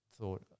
thought